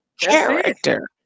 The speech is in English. character